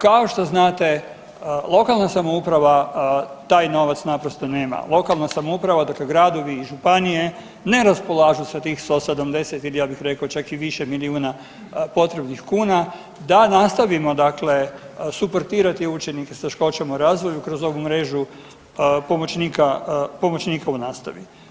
Kao što znate lokalna samouprava taj novac naprosto nema, lokalna samouprava, dakle gradovi i županije ne raspolažu sa tih 170 i ja bih rekao čak i više milijuna potrebnih kuna da nastavimo dakle suportirati učenike s teškoćama u razvoju kroz ovu mrežu pomoćnika, pomoćnika u nastavi.